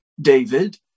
David